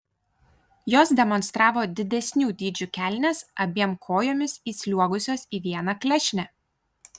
jos demonstravo didesnių dydžių kelnes abiem kojomis įsliuogusios į vieną klešnę